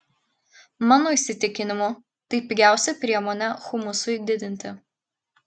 mano įsitikinimu tai pigiausia priemonė humusui didinti